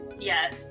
Yes